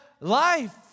life